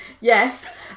Yes